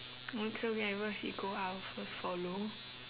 mm so wherever she go out I also follow